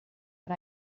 but